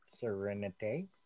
Serenity